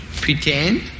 Pretend